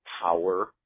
power